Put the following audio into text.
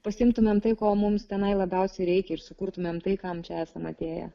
pasiimtumėm tai ko mums tenai labiausiai reikia ir sukurtumėm tai kam čia esam atėję